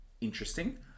interesting